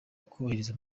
kubahiriza